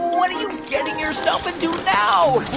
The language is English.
what are you getting yourself into now?